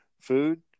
food